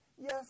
Yes